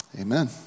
Amen